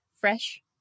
fresh